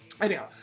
Anyhow